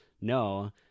no